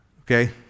okay